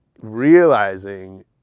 realizing